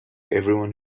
everyone